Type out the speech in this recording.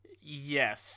Yes